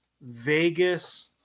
vegas